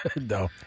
No